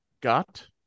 got